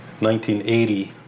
1980